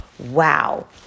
Wow